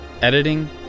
Editing